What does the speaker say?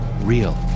real